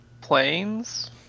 planes